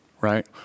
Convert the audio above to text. Right